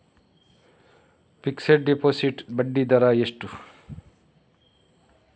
Fixed deposit ಬಡ್ಡಿ ದರ ಎಷ್ಟು?